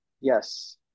yes